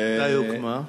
מתי היא הוקמה?